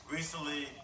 Recently